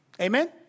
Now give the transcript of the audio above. amen